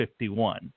51